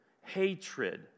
hatred